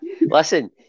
Listen